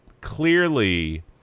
clearly